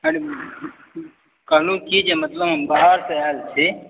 कहलहुॅं कि जे मतलब हम बाहर से आयल छी